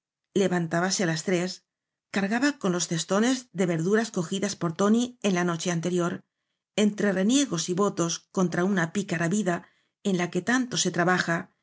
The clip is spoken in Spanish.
vantábase á las tres cargaba con los cestones de verduras cogidas por tóni en la noche anterior entre reniegos y votos contra una picara vida ei la que tanto se trabaja